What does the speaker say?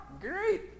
great